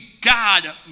God